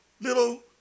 little